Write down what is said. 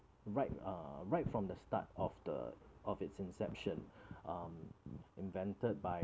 right uh right from the start of the of its inception um invented by